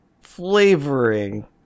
flavoring